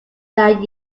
that